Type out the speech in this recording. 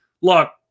Look